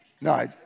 No